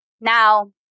Now